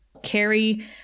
carry